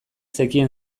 zekien